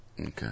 Okay